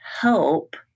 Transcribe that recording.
help